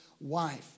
wife